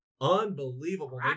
Unbelievable